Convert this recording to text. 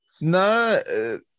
no